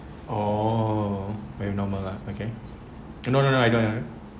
oh maybe normal lah okay can no no no I don't